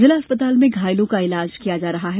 जिला चिकित्सालय में घायलों का इलाज किया जा रहा है